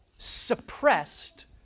Suppressed